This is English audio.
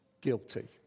guilty